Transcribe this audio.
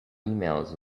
emails